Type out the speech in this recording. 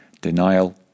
Denial